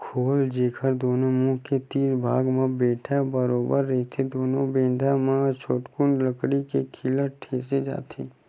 खोल, जेखर दूनो मुहूँ के तीर भाग म बेंधा बरोबर रहिथे दूनो बेधा म छोटकुन लकड़ी के खीला ठेंसे जाथे